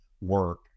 work